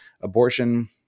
abortion